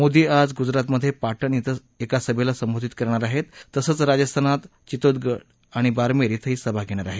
मोदी आज गुजरातमधे पाटण इथं एका सभेला संबोधित करणार आहेत तसंच राजस्थानात चितोडगड आणि बारमेर इथंही सभा घेणार आहेत